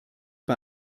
bei